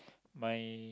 my